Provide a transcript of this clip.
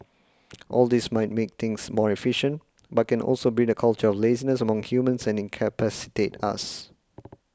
all this might make things more efficient but can also breed a culture of laziness among humans and incapacitate us